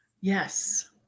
Yes